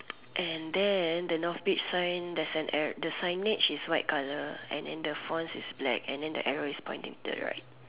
and then the Northbridge sign the sign air the signage is white colour and in the fonts is black and then the arrow is pointing to the right